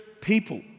people